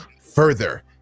further